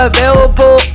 Available